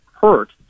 hurt